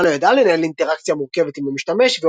התוכנה לא ידעה לנהל אינטראקציה מורכבת עם המשתמש,